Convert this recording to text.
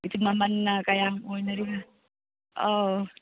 ꯃꯃꯜꯅ ꯀꯌꯥꯝ ꯑꯣꯏꯅꯔꯤꯕ ꯑꯥꯎ